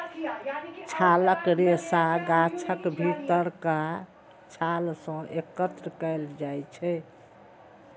छालक रेशा गाछक भीतरका छाल सं एकत्र कैल जाइ छै